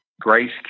Grace